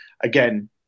again